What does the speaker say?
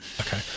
Okay